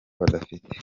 badafite